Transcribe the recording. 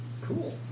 Cool